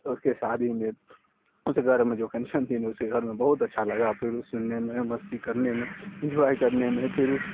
اس کے شادی میں اس گھر میں جو فنش تھی نا اس کے گھر میں بہت اچھا لگا پھر وہ سننے میں مستی کرنے میں انجوائے کرنے میں پھر اس